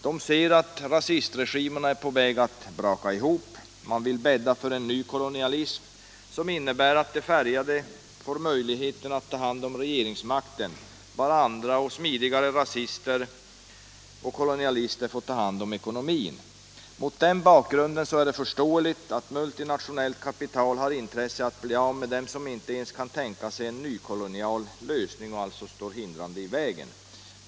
Man ser att rasistregimerna är på väg att braka ihop och vill bädda för en ny kolonialism, som innebär att de färgade får möjlighet att ta hand om regeringsmakten — bara andra, smidigare rasister och kolonialister får ta hand om ekonomin. Mot den bakgrunden är det förståeligt att multinationellt kapital har intresse av att bli av med dem som inte ens kan tänka sig en nykolonial lösning och alltså står hindrande i vägen.